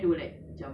hmm